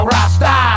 Rasta